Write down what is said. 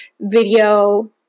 video